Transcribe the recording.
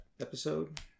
episode